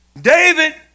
David